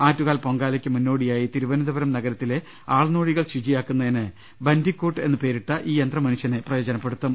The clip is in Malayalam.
ആറ്റുകാൽ പൊങ്കാലയ്ക്ക് മുന്നോടിയായി തിരുവനന്ത പുരം നഗരത്തിലെ ആൾനൂഴികൾ ശുചിയാക്കുന്നതിന് ബൻഡിക്കൂട്ട് എന്നു പേരിട്ട ഈ യന്ത്രമനുഷ്യനെ പ്രയോ ജനപ്പെടുത്തും